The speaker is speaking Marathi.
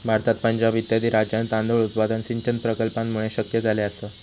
भारतात पंजाब इत्यादी राज्यांत तांदूळ उत्पादन सिंचन प्रकल्पांमुळे शक्य झाले आसा